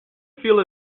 feel